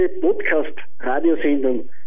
Podcast-Radiosendung